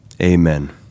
Amen